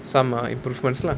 some uh improvements lah